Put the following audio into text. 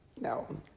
No